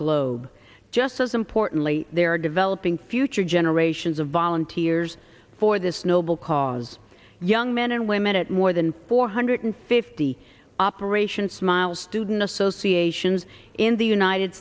globe just as importantly they are developing future generations of volunteers for this noble cause young men and women at more than four hundred fifty operation smile student associations in the united